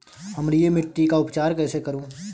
अम्लीय मिट्टी का उपचार कैसे करूँ?